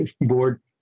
board